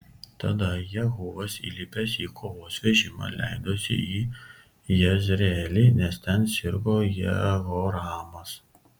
tada jehuvas įlipęs į kovos vežimą leidosi į jezreelį nes ten sirgo jehoramas